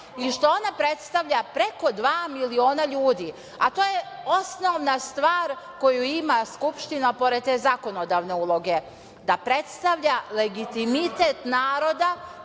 i što ona predstavlja preko dva miliona ljudi, a to je osnovna stvar koju ima Skupština, pored te zakonodavne uloge, da predstavlja legitimitet naroda